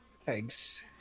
Thanks